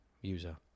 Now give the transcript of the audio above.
user